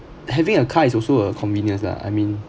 having a car is also a convenience lah I mean